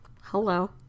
hello